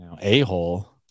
a-hole